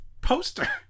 poster